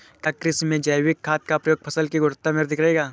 क्या कृषि में जैविक खाद का प्रयोग फसल की गुणवत्ता में वृद्धि करेगा?